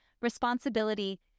responsibility